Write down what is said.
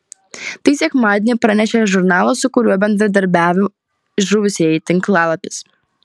tai sekmadienį pranešė žurnalo su kuriuo bendradarbiavo žuvusieji tinklalapis